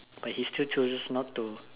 but he still chooses not to